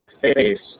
face